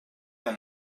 der